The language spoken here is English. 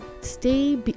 Stay